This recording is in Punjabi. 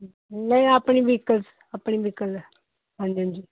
ਨਹੀਂ ਆਪਣੀ ਵਹੀਕਲਸ ਆਪਣੀ ਵਹੀਕਲ ਹੈ ਹਾਂਜੀ ਹਾਂਜੀ